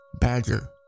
badger